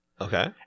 Okay